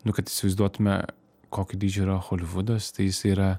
nu kad įsivaizduotume kokio dydžio yra holivudas tai jisai yra